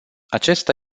acesta